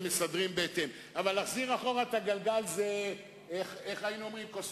אבל 45 יום עוברים,